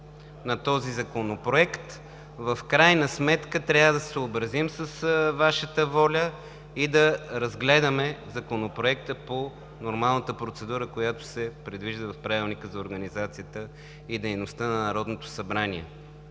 на този законопроект, в крайна сметка трябва да се съобразим с Вашата воля и да разгледаме Законопроекта по нормалната процедура, която се предвижда в Правилника за организацията и дейността на Народното събрание.